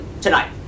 Tonight